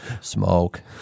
smoke